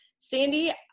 Sandy